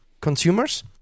consumers